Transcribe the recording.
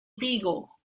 beagle